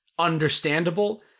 understandable